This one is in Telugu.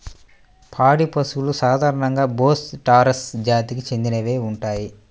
పాడి పశువులు సాధారణంగా బోస్ టారస్ జాతికి చెందినవే ఉంటాయి